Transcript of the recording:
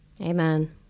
Amen